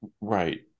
Right